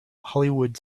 hollywood